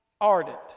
ardent